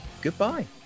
Goodbye